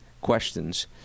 questions